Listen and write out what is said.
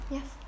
Yes